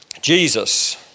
Jesus